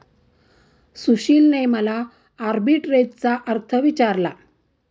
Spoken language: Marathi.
सुशीलने मला आर्बिट्रेजचा अर्थ विचारला